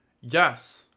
Yes